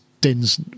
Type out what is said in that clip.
din's